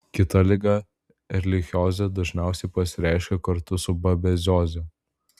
kita liga erlichiozė dažniausiai pasireiškia kartu su babezioze